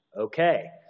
okay